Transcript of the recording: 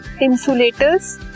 insulators